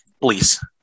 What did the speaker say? please